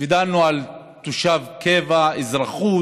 ודנו על תושב קבע, אזרח,